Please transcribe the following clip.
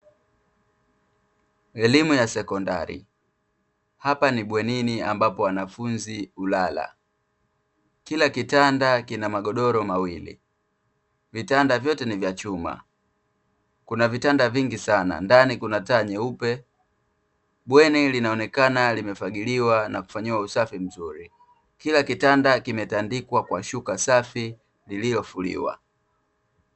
Elimu ya sekondari. Hapa ni bwenini ambapo wanafunzi hulala. Kila kitanda kina magodoro mawili, vitanda vyote ni vya chuma, kuna vitanda vingi sana, ndani kuna taa nyeupe. Bweni linaonekana limefagiliwa na kufanyiwa usafi mzuri, kila kitanda kimetandikwa kwa shuka safi lililofuliwa.